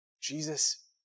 Jesus